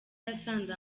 yasanze